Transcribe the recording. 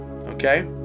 okay